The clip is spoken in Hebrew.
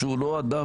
שהוא לא אדם,